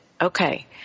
okay